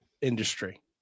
industry